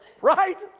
right